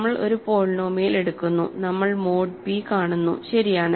നമ്മൾ ഒരു പോളിനോമിയൽ എടുക്കുന്നുനമ്മൾ മോഡ് പി കാണുന്നു ശരിയാണ്